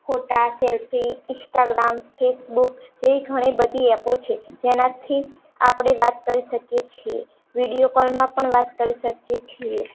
ફોટા selfie Instagram Facebook જેવી ઘણી બધી એપો છે જેનાથી આપણે વાત કરી શકીએ છીએ વિડીયો કૉલમાં પણ વાત કરી શકીએ છીએ